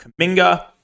Kaminga